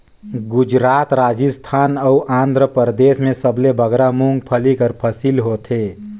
गुजरात, राजिस्थान अउ आंध्रपरदेस में सबले बगरा मूंगफल्ली कर फसिल होथे